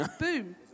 Boom